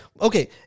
okay